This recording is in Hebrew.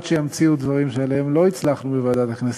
עד שימציאו דברים שעליהם לא הצלחנו לחשוב בוועדת הכנסת.